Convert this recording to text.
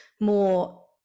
more